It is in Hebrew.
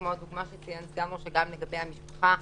כמו הדוגמה שציין סגן ראש אג"מ לגבי המשפחה.